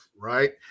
Right